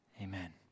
Amen